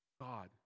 God